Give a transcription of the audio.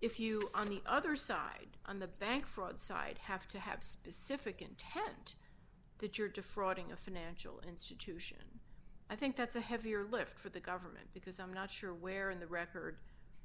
if you on the other side on the bank fraud side have to have specific intent that you're defrauding a financial institution i think that's a heavier lift for the government because i'm not sure where in the record